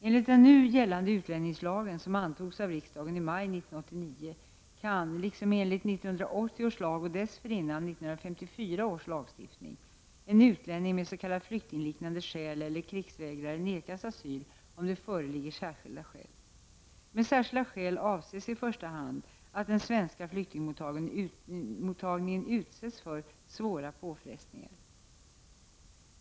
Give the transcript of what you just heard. Enligt den nu gällande utlänningslagen , som antogs av riksdagen i maj 1989, kan liksom enligt 1980 års lag och dessförinnan 1954 års lagstiftning en utlänning med s.k. flyktingliknande skäl eller en krigsvägrare nekas asyl, om det föreligger särskilda skäl. Med särskilda skäl avses i första hand att den svenska flyktingmottagningen utsätts för svåra påfrestningar .